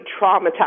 traumatized